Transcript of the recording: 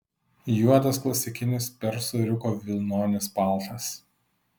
juodas klasikinis persų ėriuko vilnonis paltas